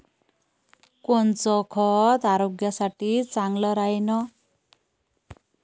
कोनचं खत आरोग्यासाठी चांगलं राहीन?